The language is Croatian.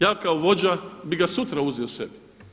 Ja kao vođa bih ga sutra uzeo sebi.